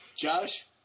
Josh